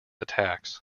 attacks